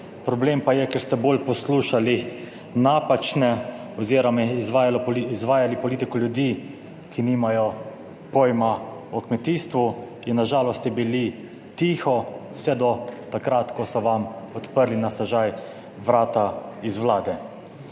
problem pa je, ker ste bolj poslušali napačne oziroma izvajali politiko ljudi, ki nimajo pojma o kmetijstvu. In na žalost ste bili tiho vse do takrat, ko so vam odprli na stežaj vrata iz Vlade.